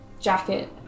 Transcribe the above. jacket